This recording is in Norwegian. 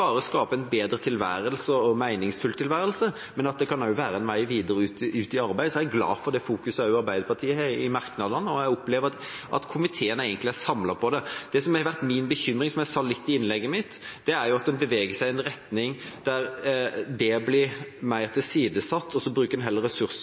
skape en bedre og mer meningsfull tilværelse, men at det også kan være med en videre ut i arbeid. Så jeg er glad for det fokuset også Arbeiderpartiet har i merknadene, og jeg opplever at komiteen egentlig er samlet om det. Det som har vært min bekymring, som jeg sa litt om i innlegget mitt, er at man beveger seg i en retning der VTA blir